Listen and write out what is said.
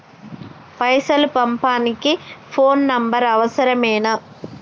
పైసలు పంపనీకి phone number అవసరమేనా?